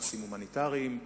נושאים הומניטריים,